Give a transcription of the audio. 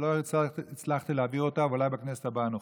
שלא הצלחתי להעביר אותה אבל אולי בכנסת הבאה נוכל,